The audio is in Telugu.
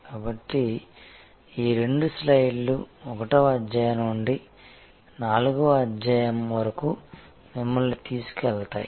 కాబట్టి ఈ రెండు స్లయిడ్లు 1 వ అధ్యాయం నుండి 4 వ అధ్యాయం వరకు మమ్మల్ని తీసుకెళ్తాయి